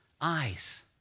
eyes